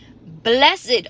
blessed